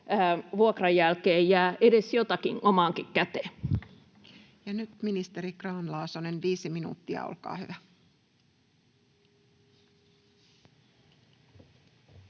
vuokran jälkeen jää edes jotakin omaankin käteen. Nyt ministeri Grahn-Laasonen, viisi minuuttia, olkaa hyvä. Arvoisa